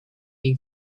you